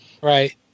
Right